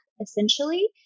essentially